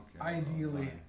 Ideally